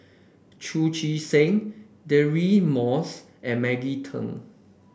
Chu Chee Seng Deirdre Moss and Maggie Teng